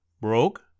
broke